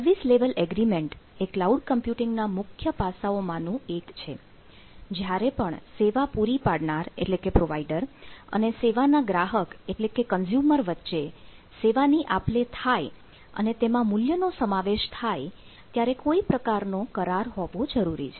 service level agreement વચ્ચે સેવાની આપ લે થાય અને તેમાં તેના મૂલ્યનો સમાવેશ થાય ત્યારે કોઈ પ્રકારનો કરાર હોવો જરૂરી છે